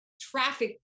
traffic